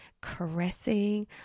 caressing